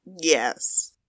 Yes